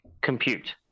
compute